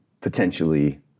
potentially